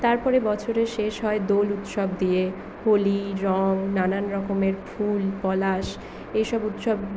তারপরে বছরের শেষ হয় দোল উৎসব দিয়ে হোলি রঙ নানান রকমের ফুল পলাশ এসব উৎসব